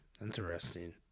Interesting